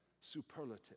Superlative